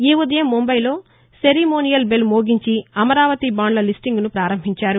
ఈ ఉదయం ముంబైలో సెరిమోనియల్ బెల్ మోగించి అమరావతి బాండ్ల లిస్టింగ్ను ప్రారంభించారు